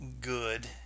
good